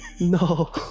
No